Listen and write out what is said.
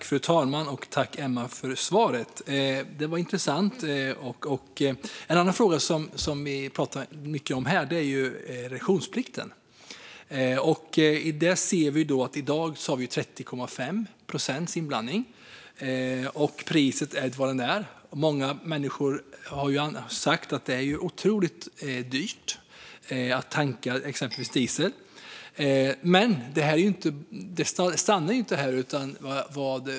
Fru talman! Jag tackar ledamoten för svaret. Det var intressant. En annan fråga som vi pratar mycket om här är reduktionsplikten. I dag gäller 30,5 procents inblandning och priset är vad det är. Många människor har sagt att det är otroligt dyrt att tanka exempelvis diesel, men det stannar inte där.